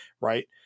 Right